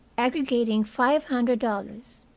aggregating five hundred dollars.